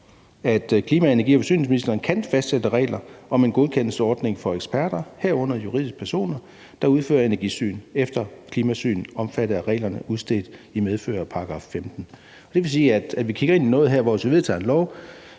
energi- og forsyningsministeren kan fastsætte regler om en godkendelsesordning for eksperter, herunder juridiske personer, der udfører energisyn eller klimasyn omfattet af regler udstedt i medfør af § 15, ...« Det vil sige, at vi kigger ind i noget her, som betyder,